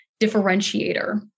differentiator